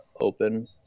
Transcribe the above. open